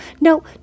no